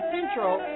Central